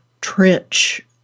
trench